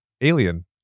Alien